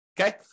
Okay